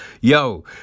Yo